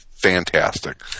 Fantastic